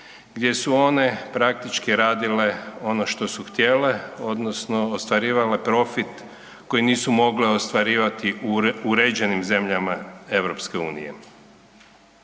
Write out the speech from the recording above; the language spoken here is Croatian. gdje su one praktički radile ono što su htjele odnosno ostvarile profit koji nisu mogle ostvarivati u uređenim zemljama EU-a.